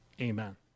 Amen